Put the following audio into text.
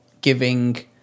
giving